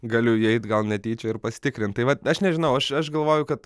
galiu įeit gal netyčia ir pasitikrint tai vat aš nežinau aš aš galvoju kad